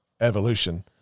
evolution